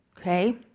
okay